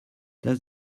does